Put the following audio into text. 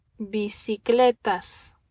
bicicletas